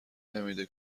نمیده